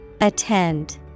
Attend